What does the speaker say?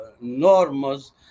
norms